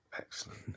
Excellent